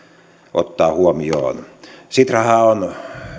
ottaa huomioon sitrahan on